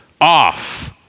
off